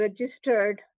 registered